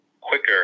quicker